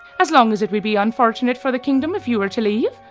as long as it would be unfortunate for the kingdom if you were to leave,